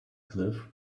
cliff